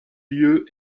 lieu